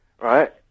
Right